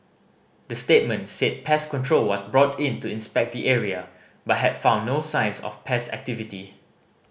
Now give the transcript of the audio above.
the statement said pest control was brought in to inspect the area but had found no signs of pest activity